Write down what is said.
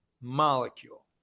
molecule